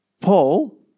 Paul